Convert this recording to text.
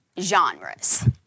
genres